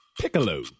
Piccolo